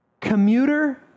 commuter